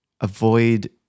avoid